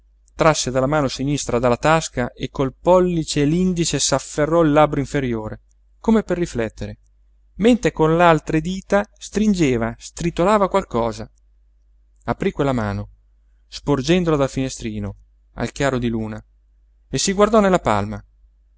trasse la mano sinistra dalla tasca e col pollice e l'indice s'afferrò il labbro inferiore come per riflettere mentre con l'altre dita stringeva stritolava qualcosa aprí quella mano sporgendola dal finestrino al chiaro di luna e si guardò nella palma